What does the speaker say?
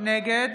נגד